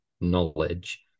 knowledge